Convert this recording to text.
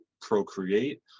procreate